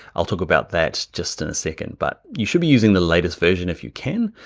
i'll talk about that just in a second, but you should be using the latest version if you can,